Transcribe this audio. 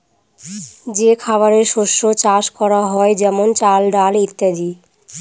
যে খাবারের শস্য চাষ করা হয় যেমন চাল, ডাল ইত্যাদি